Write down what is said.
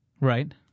Right